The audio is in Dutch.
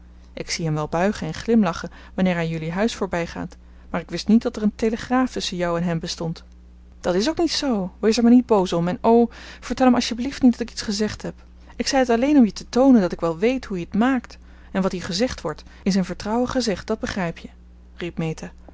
ik zie hem wel buigen en glimlachen wanneer hij jullie huis voorbijgaat maar ik wist niet dat er een telegraaf tusschen jou en hem bestond dat is ook niet zoo wees er maar niet boos om en o vertel hem alstjeblieft niet dat ik iets gezegd heb ik zei het alleen om je te toonen dat ik wel weet hoe je het maakt en wat hier gezegd wordt is in vertrouwen gezegd dat begrijp je